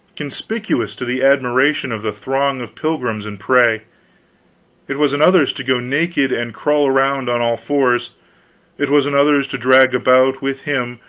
conspicuous to the admiration of the throng of pilgrims and pray it was another's to go naked and crawl around on all fours it was another's to drag about with him,